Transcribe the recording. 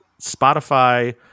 Spotify